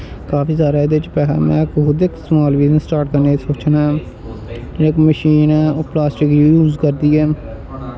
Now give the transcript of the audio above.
काफी एह्दे च पैसा ऐ कोह्दे च समाल बिजनस च आपूं पिच्छें इ'नें प्लासटिक यूज करदी ऐ